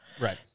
right